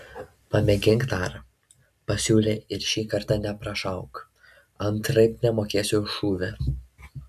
pamėgink dar pasiūlė ir šį kartą neprašauk antraip nemokėsiu už šūvį